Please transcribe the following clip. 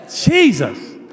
Jesus